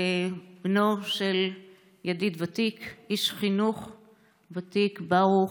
בנו של ידיד ותיק, איש חינוך ותיק, ברוך,